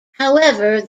however